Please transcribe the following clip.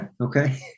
okay